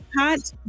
hot